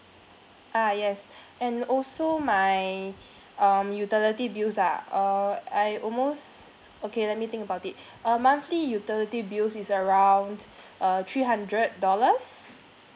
ah yes and also my um utility bills are all I almost okay let me think about it uh monthly utility bills is around uh three hundred dollars